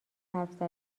حرف